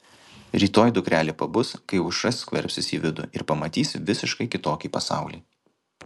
rytoj dukrelė pabus kai aušra skverbsis į vidų ir pamatys visiškai kitokį pasaulį